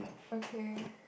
okay